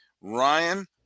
ryan